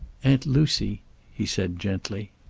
aunt lucy he said gently.